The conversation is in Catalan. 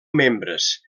membres